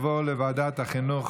לוועדת החינוך,